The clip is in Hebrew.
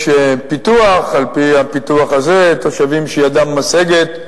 יש פיתוח, ועל-פי הפיתוח הזה תושבים שידם משגת,